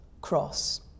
cross